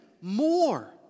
more